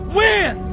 win